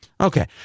Okay